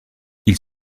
ils